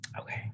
Okay